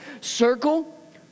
circle